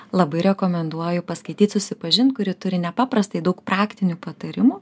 labai rekomenduoju paskaityt susipažint kuri turi nepaprastai daug praktinių patarimų